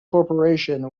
corporation